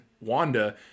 Wanda